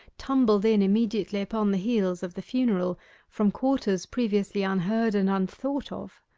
tumbled in immediately upon the heels of the funeral from quarters previously unheard and unthought of.